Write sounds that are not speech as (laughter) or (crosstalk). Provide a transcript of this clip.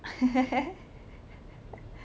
(laughs)